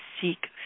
seek